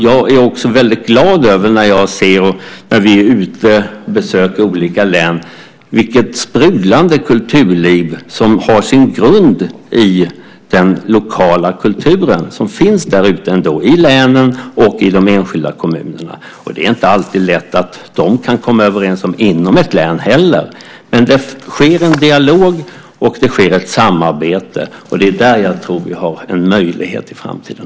Jag är också väldigt glad över att se, när vi är ute och besöker olika län, vilket sprudlande kulturliv som har sin grund i den lokala kultur som ändå finns ute i länen och i de enskilda kommunerna. Det är inte alltid lätt för dem att komma överens inom ett län heller. Men det sker en dialog och det sker ett samarbete, och det är där jag tror att vi har en möjlighet i framtiden.